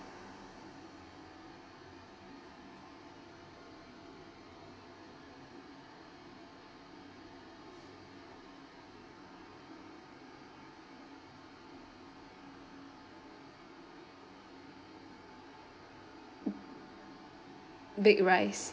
mm baked rice